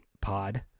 pod